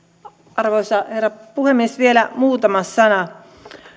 arvoisa herra puhemies vielä muutama sana